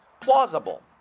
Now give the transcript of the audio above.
plausible